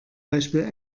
beispiel